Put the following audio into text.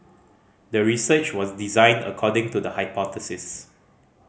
the research was designed according to the hypothesis